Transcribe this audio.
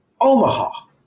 Omaha